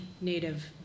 native